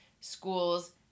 schools